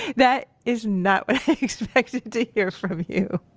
that is not what i expected to hear from you